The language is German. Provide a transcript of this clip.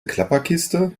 klapperkiste